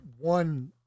one